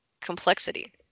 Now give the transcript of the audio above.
complexity